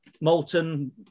molten